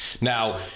Now